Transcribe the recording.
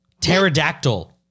pterodactyl